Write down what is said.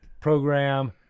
program